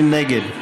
מי נגד?